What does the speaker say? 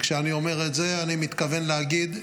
וכשאני אומר את זה, אני מתכוון להגיד,